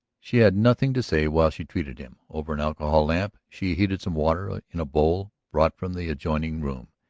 she had nothing to say while she treated him. over an alcohol lamp she heated some water in a bowl, brought from the adjoining room,